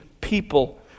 people